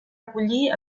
acollir